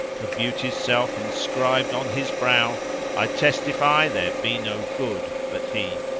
for beauty's self inscribed on his brow i testify there be no good but he!